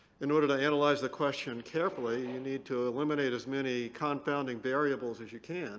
in order to analyze the question carefully you need to eliminate as many confounding variables as you can